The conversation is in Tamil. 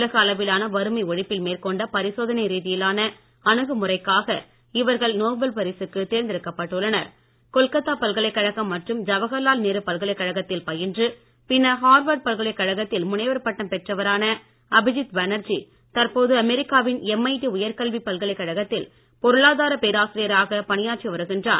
உலக அளவிலான வறுமை ஒழிப்பில் மேற்கொண்ட பரிசோதனை ரீதியிலான அணுகுமுறைக்காக இவர்கள் நோபல் கொல்கத்தா பல்கலைக்கழகம் மற்றும் ஜவஹர்லால் நேரு பல்கலைக்கழகத்தில் பயின்று பின்னர் ஹார்வேர்டு பல்கலைக்கழகத்தில் முனைவர் பட்டம் பெற்றவரான அபிஜித் பேனர்ஜி தற்போது அமெரிக்காவின் எம்ஐடி உயர்கல்வி கழகத்தில் பொருளாதார பேராசிரியராக பணியாற்றி வருகிறார்